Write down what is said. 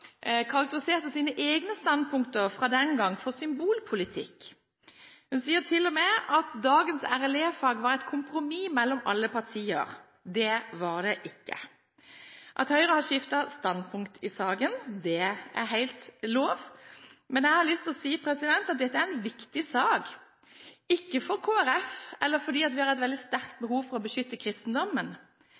karakteriserte sine egne standpunkter fra den gang som symbolpolitikk. Hun sier til og med at dagens RLE-fag var et kompromiss mellom alle partier. Det var det ikke. At Høyre har skiftet standpunkt i saken, er helt lov. Men jeg har lyst til å si at dette er en viktig sak – ikke for Kristelig Folkeparti eller fordi vi har et veldig sterkt behov for å beskytte kristendommen,